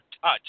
touch